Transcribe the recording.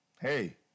hey